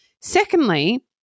Secondly